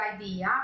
idea